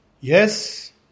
Yes